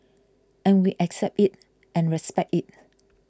and we accept it and respect it